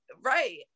right